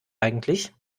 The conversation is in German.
eigentlich